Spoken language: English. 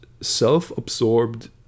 self-absorbed